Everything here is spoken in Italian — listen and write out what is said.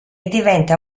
diventa